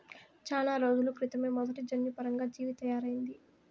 చానా రోజుల క్రితమే మొదటి జన్యుపరంగా జీవి తయారయింది